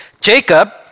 Jacob